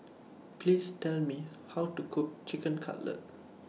Please Tell Me How to Cook Chicken Cutlet